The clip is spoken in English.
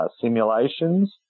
simulations